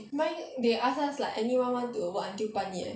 mine they ask us like anyone want to work until 半夜